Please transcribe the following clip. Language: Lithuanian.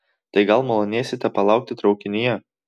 tai gal malonėsite palaukti traukinyje